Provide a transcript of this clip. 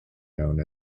known